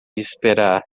esperar